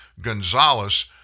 Gonzalez